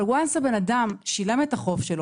כאשר הבן אדם שילם את החוב שלו,